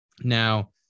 Now